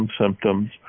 symptoms